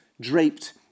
draped